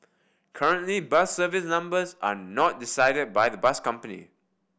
currently bus service numbers are not decided by the bus company